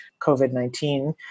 COVID-19